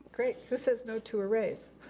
great. who says no to a raise.